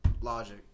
Logic